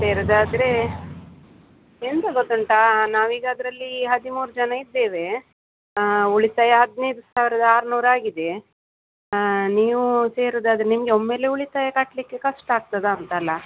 ಸೇರುದಾದರೆ ಎಂತ ಗೊತ್ತುಂಟಾ ನಾವೀಗ ಅದರಲ್ಲಿ ಹದಿಮೂರು ಜನ ಇದ್ದೇವೆ ಉಳಿತಾಯ ಹದಿನೈದು ಸಾವಿರದ ಆರ್ನೂರು ಆಗಿದೆ ನೀವು ಸೇರುದಾದರೆ ನಿಮಗೆ ಒಮ್ಮೆಲೆ ಉಳಿತಾಯ ಕಟ್ಟಲಿಕ್ಕೆ ಕಷ್ಟ ಆಗ್ತದಾ ಅಂತಲ್ಲ